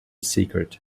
secret